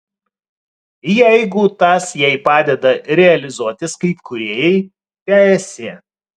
jeigu tas jai padeda realizuotis kaip kūrėjai teesie